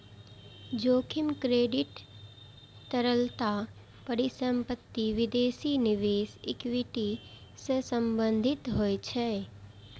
जोखिम क्रेडिट, तरलता, परिसंपत्ति, विदेशी निवेश, इक्विटी सं संबंधित होइ छै